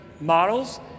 models